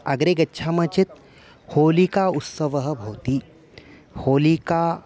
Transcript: अग्रे गच्छामः चेत् होलिका उत्सवः भवति होलिका